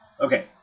okay